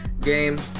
game